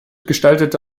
gestaltete